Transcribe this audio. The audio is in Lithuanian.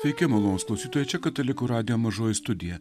sveiki malonūs klausytojai čia katalikų radijo mažoji studija